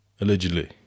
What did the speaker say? Allegedly